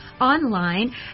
online